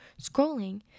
scrolling